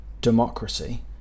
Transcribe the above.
democracy